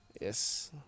Yes